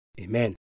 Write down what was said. Amen